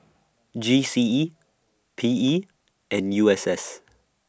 G C E P E and U S S